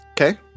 Okay